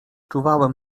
czuwałem